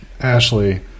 Ashley